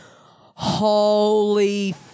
holy –